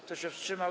Kto się wstrzymał?